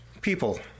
people